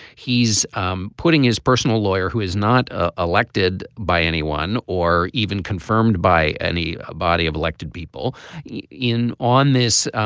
he's um putting his personal lawyer who is not ah elected by anyone or even confirmed by any body of elected people in on this.